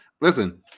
Listen